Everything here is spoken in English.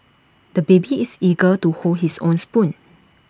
the baby is eager to hold his own spoon